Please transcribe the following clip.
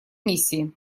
миссии